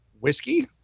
whiskey